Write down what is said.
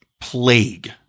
plague